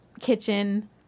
kitchen